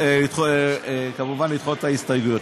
וכבמובן לדחות את ההסתייגויות.